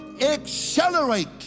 accelerate